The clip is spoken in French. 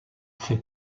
fait